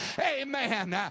Amen